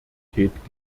priorität